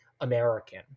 American